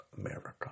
America